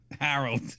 Harold